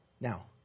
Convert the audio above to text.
Now